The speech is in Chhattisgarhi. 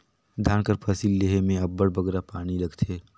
धान कर फसिल लेहे में अब्बड़ बगरा पानी लागथे